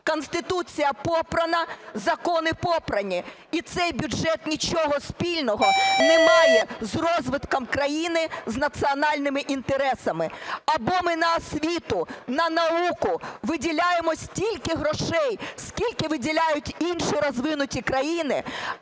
Конституція попрана, закони попрані, і цей бюджет нічого спільного не має з розвитком країни, з національними інтересами. Або ми на освіту, на науку виділяємо стільки грошей, скільки виділяють інші розвинуті країни,